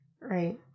right